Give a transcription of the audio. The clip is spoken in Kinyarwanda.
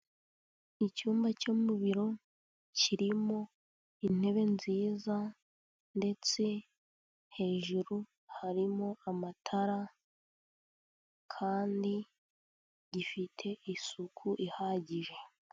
Icyumba cyo mu biro kirimo intebe nziza ndetse hejuru harimo amatara, kandi gifite isuku ihagije.